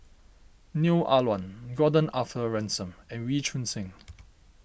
Neo Ah Luan Gordon Arthur Ransome and Wee Choon Seng